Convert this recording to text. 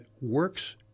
works